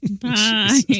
Bye